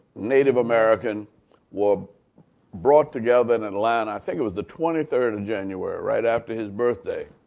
native-american were brought together in atlanta. i think it was the twenty third of january, right after his birthday.